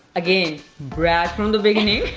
again, brat from the beginning.